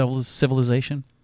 civilization